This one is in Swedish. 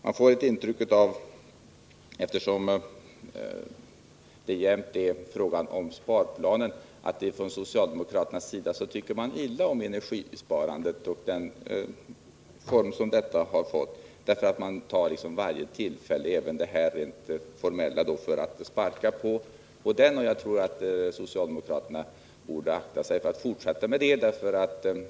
Eftersom det jämt är fråga om sparplanen får jag ett intryck av att man från socialdemokratisk sida tycker illa om energisparandet och den form som detta har fått. Man utnyttjar nämligen varje tillfälle, även det här rent formella, för att sparka på detta energisparande. Jag tror att socialdemokraterna borde akta sig för det.